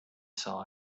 saw